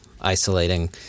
isolating